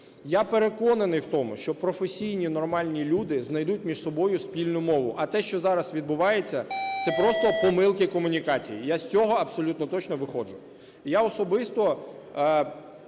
Я переконаний в тому, що професійні нормальні люди знайдуть між собою спільну мову. А те, що зараз відбувається це просто помилки комунікацій. Я з цього абсолютно точно виходжу.